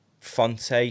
fonte